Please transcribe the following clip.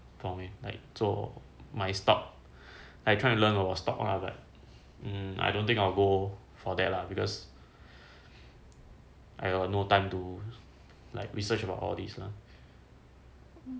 for me like 做买 stock like try and learn on stock lah but I don't think I'll go for that lah because I have no time to like research about all these lah